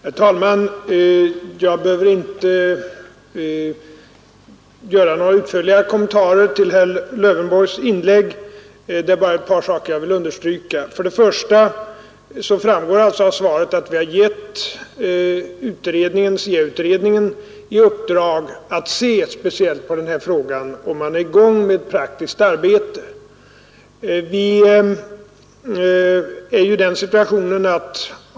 Herr talman! Jag behöver inte göra några utförligare kommentarer till herr Lövenborgs inlägg, men jag vill understryka ett par saker. För det första framgår det av mitt svar att vi har givit utredningen om skolans inre arbete i uppdrag att speciellt se på frågan om skolornas storlek och man är där i gång med det praktiska arbetet.